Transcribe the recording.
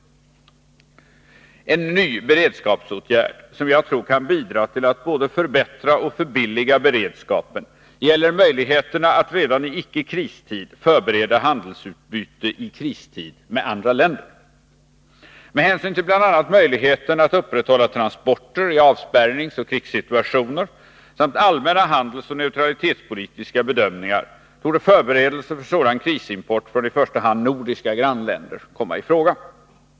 En ”ny” beredskapsåtgärd som jag tror kan bidra till att både förbättra och förbilliga beredskapen gäller möjligheterna att redan i icke-kristid förbereda handelsutbyte i kristid med andra länder. Med hänsyn till bl.a. möjligheten att upprätthålla transporter i avspärrningsoch krigssituationer samt allmänna handelsoch neutralitetspolitiska bedömningar torde förberedelser för sådan krisimport från i första hand nordiska grannländer komma i fråga.